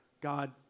God